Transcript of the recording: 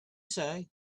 say